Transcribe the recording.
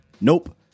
Nope